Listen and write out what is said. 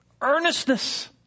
Earnestness